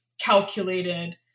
calculated